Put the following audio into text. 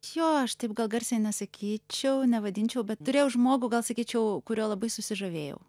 jo aš taip gal garsiai nesakyčiau nevadinčiau bet turėjau žmogų gal sakyčiau kuriuo labai susižavėjau